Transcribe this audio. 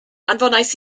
anfonais